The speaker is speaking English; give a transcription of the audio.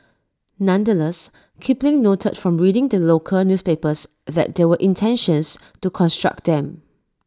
nonetheless Kipling noted from reading the local newspapers that there were intentions to construct them